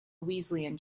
wesleyan